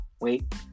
Wait